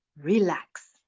relax